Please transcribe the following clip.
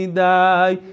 die